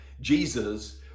Jesus